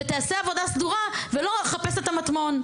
ותיעשה עבודה סדורה ולא חפש את המטמון.